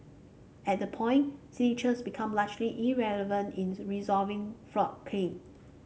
at that point signatures became largely irrelevant in resolving fraud claim